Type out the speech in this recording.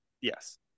Yes